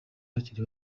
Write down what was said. bakiri